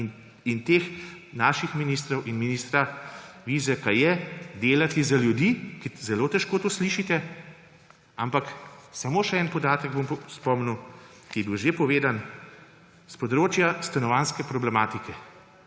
in teh naših ministrov in ministra Vizjaka je, delati za ljudi, kar zelo težko to slišite. Samo še na en podatek bom spomnil, ki je bil že povedan s področja stanovanjske problematike.